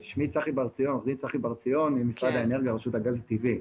שמי עורך דין צחי בר ציון ממשרד האנרגיה ורשות הגז הטבעי.